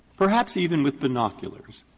perhaps even with binoculars,